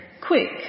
Quick